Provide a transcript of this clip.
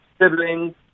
siblings